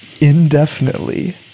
indefinitely